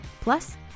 Plus